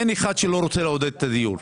אין אחד שלא רוצה לעודד את הדיור.